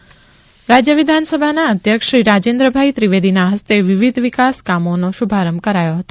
વિકાસ કામો રાજ્ય વિધાનસભાના અધ્યક્ષ શ્રી રાજેન્દ્રભાઈ ત્રિવેદીના હસ્તે વિકાસના કામોનો શુભારંભ કરાથો હતો